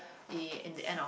eh in the end of